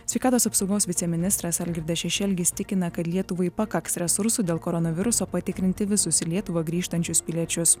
sveikatos apsaugos viceministras algirdas šešelgis tikina kad lietuvai pakaks resursų dėl koronaviruso patikrinti visus į lietuvą grįžtančius piliečius